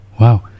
Wow